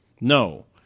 No